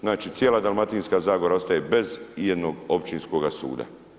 Znači cijela Dalmatinska zagora ostaje bez ijednog općinskog suda.